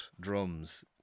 drums